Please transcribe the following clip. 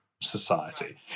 society